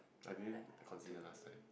I mean I consider last time